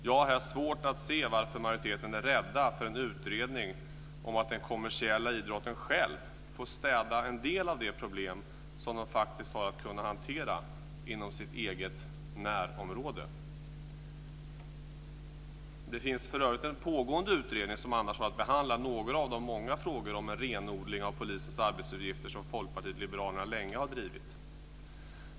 Jag har svårt att se varför majoriteten är rädd för en utredning om att den kommersiella idrotten själv får städa bort en del av de problem som de har att hantera inom sitt eget närområde. Det finns för övrigt en pågående utredning som annars har att behandla några av de många frågor om en renodling av polisens arbetsuppgifter som Folkpartiet liberalerna länge har drivit.